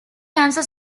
cancer